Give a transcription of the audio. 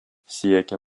siekia